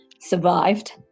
survived